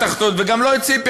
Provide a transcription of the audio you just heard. וגם לא את ציפי,